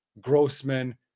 Grossman